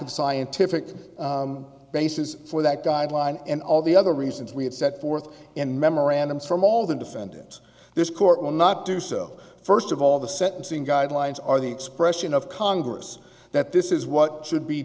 of scientific basis for that guideline and all the other reasons we had set forth in memorandums from all the defendants this court will not do so first of all the sentencing guidelines are the expression of congress that this is what should be